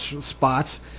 spots